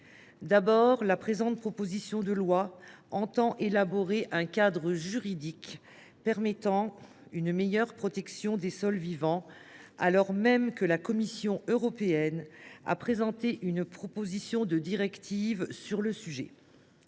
auteurs de ce texte entendent élaborer un cadre juridique permettant une meilleure protection des sols vivants, alors même que la Commission européenne a présenté une proposition de directive sur le sujet.